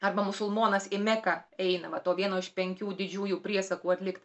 arba musulmonas į meką eina va to vieno iš penkių didžiųjų priesakų atlikt